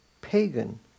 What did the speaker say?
pagan